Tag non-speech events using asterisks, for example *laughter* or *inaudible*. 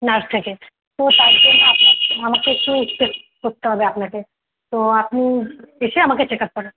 nerve থেকে তো তার জন্য আপনার তো আমাকে একটু *unintelligible* করতে হবে আপনাকে তো আপনি এসে আমাকে চেক আপ করান